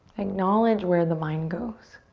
acknowledge where the mind goes.